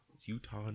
Utah